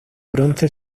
bronce